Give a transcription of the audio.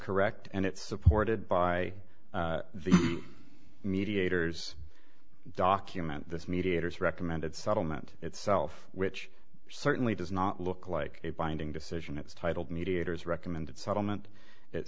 correct and it's supported by the mediators document this mediators recommended settlement itself which certainly does not look like a binding decision it's titled mediators recommended settlement it